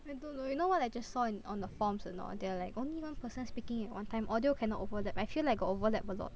I don't know you know what I just saw in on the forms or not they are like only one person speaking at one time audio cannot overlap I feel like got overlap a lot